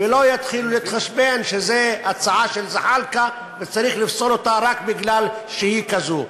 ולא יתחילו להתחשבן שזה הצעה של זחאלקה וצריך לפסול אותה רק כי היא כזו.